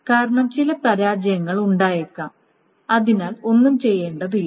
കാരണം ചില പരാജയങ്ങൾ ഉണ്ടായേക്കാം അതിനാൽ ഒന്നും ചെയ്യേണ്ടതില്ല